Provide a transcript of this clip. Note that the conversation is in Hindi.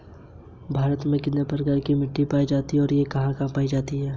एन.बी.एफ.सी पर लागू होने वाले विभिन्न विवेकपूर्ण नियम क्या हैं?